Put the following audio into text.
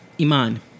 Iman